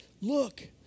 Look